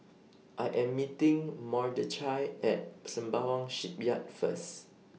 I Am meeting Mordechai At Sembawang Shipyard First